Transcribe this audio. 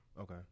Okay